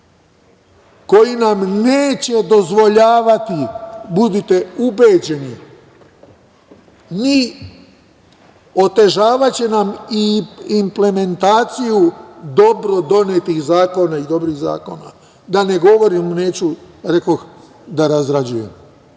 koji nam neće dozvoljavati, budite ubeđeni, otežavaće nam i implementaciju dobro donetih zakona i dobrih zakona, da ne govorim, rekoh, neću da razrađujem.